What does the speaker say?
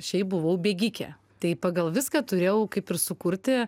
šiaip buvau bėgikė tai pagal viską turėjau kaip ir sukurti